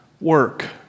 work